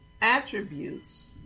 attributes